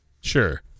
Sure